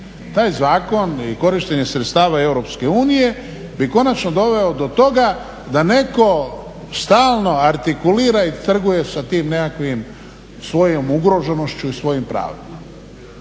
Taj zakon i korištenje sredstava Europske unije bi konačno doveo do toga da neko stalno artikulira i trguje sa tom nekakvom svojom ugroženošću i svojim pravima.